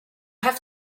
have